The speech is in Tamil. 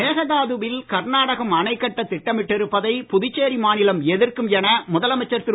மேகதாதுவில் கர்நாடகம் அணை கட்டத் திட்டமிட்டு இருப்பதை புதுச்சேரி மாநிலம் எதிர்க்கும் என முதலமைச்சர் திரு